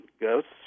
ghosts